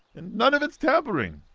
and none of it's tampering!